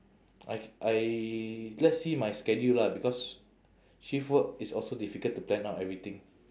I I let's see my schedule lah because shift work it's also difficult to plan out everything